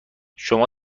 شما